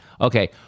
Okay